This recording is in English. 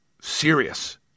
serious